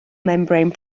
membrane